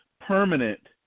permanent